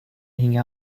hang